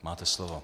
Máte slovo.